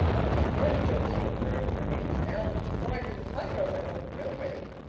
i can't bear josie or gertie for names now but before i knew the pye girls i thought them real pretty.